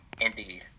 Indeed